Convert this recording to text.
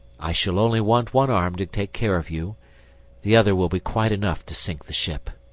i shall only want one arm to take care of you the other will be quite enough to sink the ship.